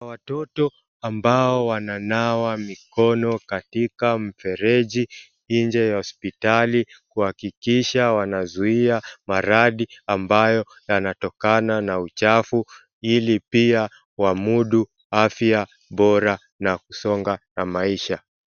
Watoto ambao wananawa mikono katika mfereji nje ya hospitali kuhakikisha wanazuia maradhi ambayo yanatokana na uchafu ili pia wamudu afya bora na kusonga na maisha.